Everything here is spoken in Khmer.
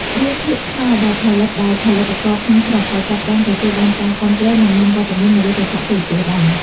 រឿងភាគខ្មែរដែលផលិតដោយផលិតករក្នុងស្រុកក៏ចាប់ផ្តើមទទួលបានការគាំទ្រ និងមានវត្តមាននៅលើកញ្ចក់ទូរទស្សន៍ដែរ។